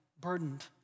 burdened